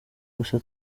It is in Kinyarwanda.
gusa